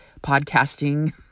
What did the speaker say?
podcasting